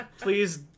Please